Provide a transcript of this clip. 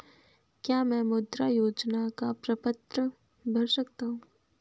क्या मैं मुद्रा योजना का प्रपत्र भर सकता हूँ?